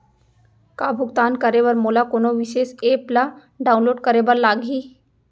का भुगतान करे बर मोला कोनो विशेष एप ला डाऊनलोड करे बर लागही